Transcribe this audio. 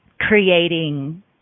creating